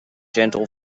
gentle